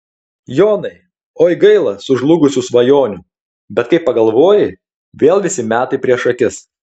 jonai oi gaila sužlugusių svajonių bet kai pagalvoji vėl visi metai prieš akis